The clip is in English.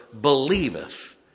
believeth